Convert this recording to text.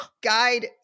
guide